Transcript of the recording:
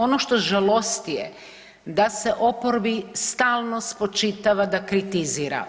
Ono što žalosti je da se oporbi stalno spočitava da kritizira.